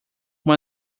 uma